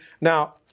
now